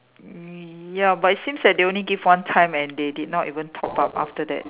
ya but it seems like they only give one time and they did not even top up after that